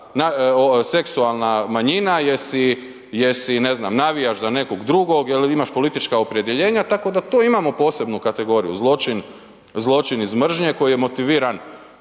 seksualna manjina, jer si ne znam navijaš za nekog drugog, jer imaš politička opredjeljenja. Tako da to imamo posebnu kategoriju, zločin, zločin iz mržnje koji je motiviran,